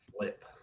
flip